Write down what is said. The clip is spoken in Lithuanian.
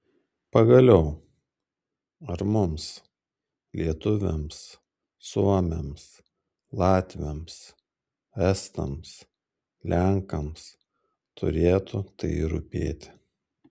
pagaliau ar mums lietuviams suomiams latviams estams lenkams turėtų tai rūpėti